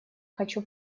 хочу